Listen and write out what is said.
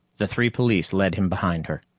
the three police led him behind her.